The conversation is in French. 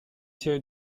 série